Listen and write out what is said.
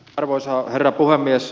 arvoisa herra puhemies